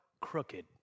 crooked